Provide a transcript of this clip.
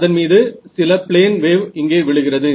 அதன்மீது சில plane wave இங்கே விழுகிறது